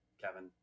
Kevin